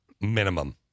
minimum